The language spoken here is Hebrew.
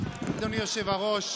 אדוני היושב-ראש,